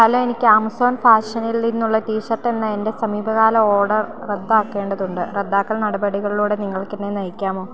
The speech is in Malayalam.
ഹലോ എനിക്ക് ഏമസോൺ ഫാഷനിൽ നിന്നൊള്ളൊരു ടിഷർട്ട് എന്ന എന്റെ സമീപകാല ഓർഡർ റദ്ദാക്കേണ്ടതുണ്ട് റദ്ദാക്കൽ നടപടികളിലൂടെ നിങ്ങൾക്കെന്നെ നയിക്കാമോ